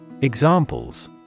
Examples